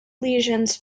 lesions